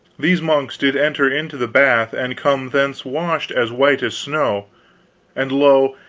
these monks did enter into the bath and come thence washed as white as snow and lo,